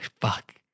fuck